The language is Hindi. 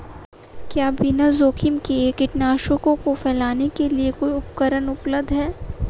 क्या बिना जोखिम के कीटनाशकों को फैलाने के लिए कोई उपकरण उपलब्ध है?